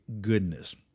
goodness